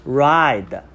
ride